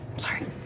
sorry.